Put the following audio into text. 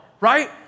right